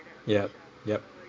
yup yup